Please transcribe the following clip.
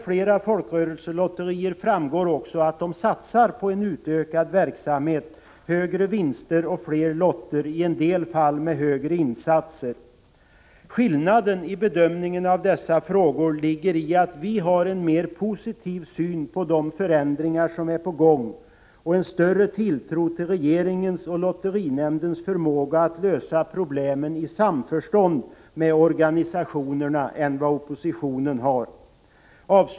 Flera folkrörelselotterier framhåller också att de ämnar satsa på en utökad verksamhet, högre vinster och fler lotter, i en del fall med högre insatser. Skillnaden i bedömningen av dessa frågor ligger i att vi har en positiv syn på de förändringar som är på gång och en större tilltro till regeringens och lotterinämndens förmåga att lösa problemen i samförstånd med organisationerna än vad oppositionen har.